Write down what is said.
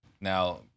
now